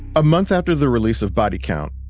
a month after the release of body count,